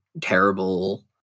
terrible